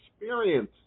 experience